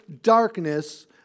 darkness